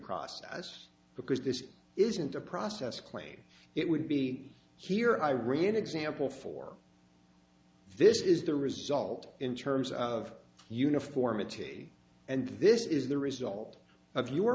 process because this isn't a process claim it would be here i re an example for this is the result in terms of uniformity and this is the result of